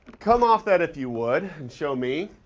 come off that if you would and show me,